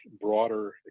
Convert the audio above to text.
broader